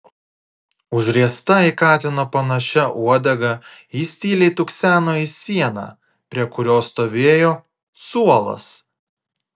užriesta į katino panašia uodega jis tyliai tukseno į sieną prie kurios stovėjo suolas